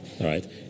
right